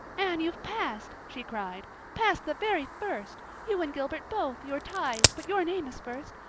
anne, you've passed, she cried, passed the very first you and gilbert both you're ties but your name is first.